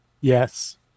Yes